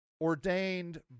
ordained